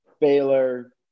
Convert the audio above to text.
Baylor